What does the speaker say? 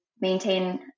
maintain